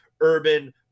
urban